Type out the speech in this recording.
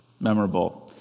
memorable